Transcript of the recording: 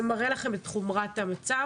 כל זה מראה לכם את חומרת המצב.